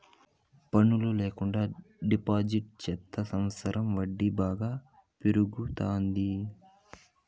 పన్ను ల్యాకుండా డిపాజిట్ చెత్తే సంవచ్చరం వడ్డీ బాగా పెరుగుతాది